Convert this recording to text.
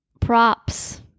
props